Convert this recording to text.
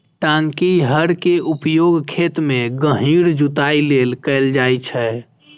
टांकी हर के उपयोग खेत मे गहींर जुताइ लेल कैल जाइ छै